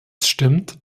stimmt